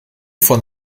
von